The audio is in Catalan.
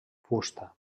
fusta